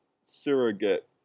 surrogate